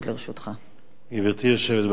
גברתי היושבת-ראש, כנסת נכבדה,